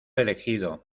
elegido